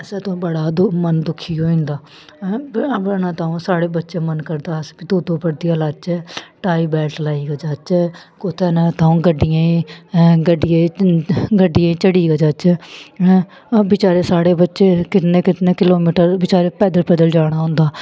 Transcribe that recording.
असें ते बड़ा दु मन दुखी होई जंदा साढ़े बच्चे मन करदा अस बी दो दो बर्दियां लाचै टाई बैल्ट लाइयै जाह्चै कु'त्थै न तां गड्डियें गड्ड गड्डियें चढ़ियै जाचै बेचारे साढ़े बच्चे किन्ने किन्ने किलो मीटर बचारे पैदल पैदल जाना होंदा